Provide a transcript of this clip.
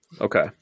Okay